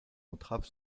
entrave